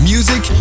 Music